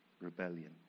rebellion